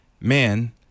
man